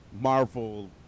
Marvel